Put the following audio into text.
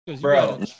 bro